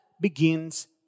begins